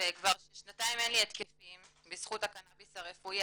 וכבר ששנתיים אין לי התקפים בזכות הקנאביס הרפואי.